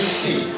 see